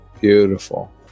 beautiful